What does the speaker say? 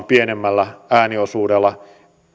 pienemmällä ääniosuudella